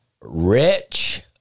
rich